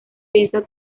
pienso